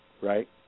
right